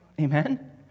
Amen